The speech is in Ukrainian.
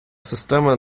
система